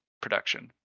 production